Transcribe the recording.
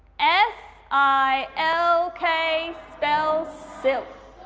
s i l k spells silk.